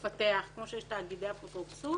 לפתח כמו שיש תאגידי אפוטרופסות,